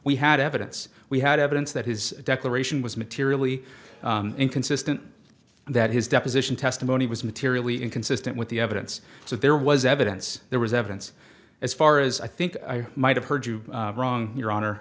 we had evidence we had evidence that his declaration was materially inconsistent and that his deposition testimony was materially inconsistent with the evidence so there was evidence there was evidence as far as i think i might have heard you wrong you